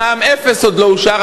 מע"מ אפס עוד לא אושר,